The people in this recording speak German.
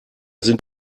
sind